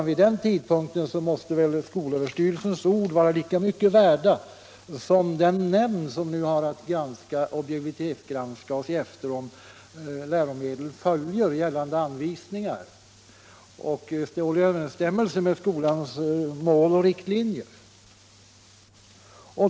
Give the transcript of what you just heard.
Vid den tidpunkten måste väl skolöverstyrelsens ord väga lika tungt som vad den nämnd säger som nu har att objektivitetsgranska läromedlen för att se efter om dessa följer gällande anvisningar och står i överensstämmelse med skolans mål och riktlinjer.